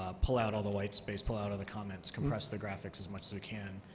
ah pull out all the white space, pull out all the comments, compress the graphics as much as we can.